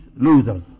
losers